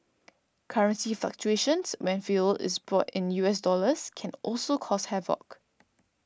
currency fluctuations when fuel is bought in U S dollars can also cause havoc